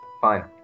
Fine